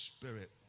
spirit